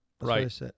Right